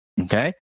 Okay